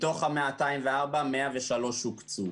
מתוך 204 מיליון, 103 מיליון הוקצו.